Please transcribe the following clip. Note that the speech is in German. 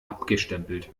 abgestempelt